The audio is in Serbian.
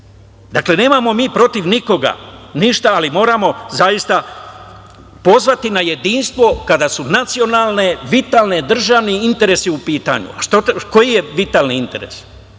vreme. Dakle, nemamo mi protiv nikoga ništa, ali moramo zaista pozvati na jedinstvo kada su nacionalne vitalne državni interesi u pitanju, ne samo nacionalni, nego